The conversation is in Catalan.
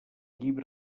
llibre